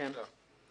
נכון.